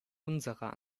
unserer